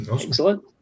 Excellent